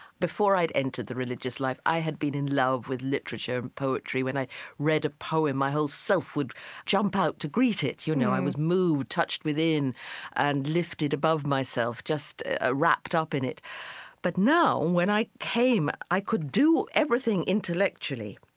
before i'd entered the religious life, i had been in love with literature and poetry. when i read a poem, whole self would jump out to greet it. you know, i was moved, touched within and lifted above myself, just ah wrapped up in it but now when i came, i could do everything intellectually,